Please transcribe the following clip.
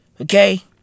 Okay